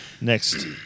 next